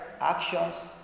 actions